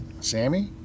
Sammy